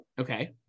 okay